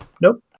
Nope